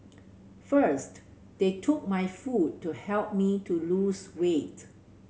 first they took my food to help me to lose weight